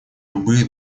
любые